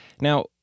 Now